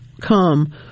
come